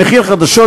המכיל "חדשות,